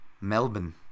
Melbourne